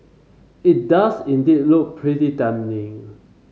it does indeed look pretty damning